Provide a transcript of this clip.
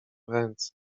ręce